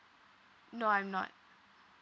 no I'm not